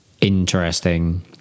interesting